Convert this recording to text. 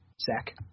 Zach